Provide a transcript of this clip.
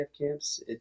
camps